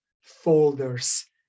folders